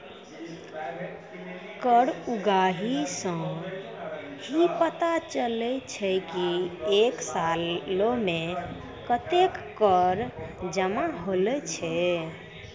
कर उगाही सं ही पता चलै छै की एक सालो मे कत्ते कर जमा होलो छै